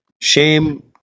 Shame